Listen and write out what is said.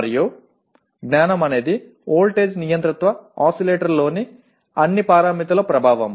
మరియు జ్ఞానం అనేది వోల్టేజ్ నియంత్రిత ఓసిలేటర్లలోని అన్ని పారామితుల ప్రభావం